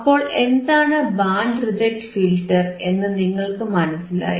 അപ്പോൾ എന്താണ് band reject filter എന്നു നിങ്ങൾക്ക് മനസിലായി